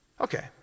Okay